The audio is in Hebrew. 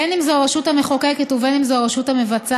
בין אם זו הרשות המחוקקת ובין אם זו הרשות המבצעת,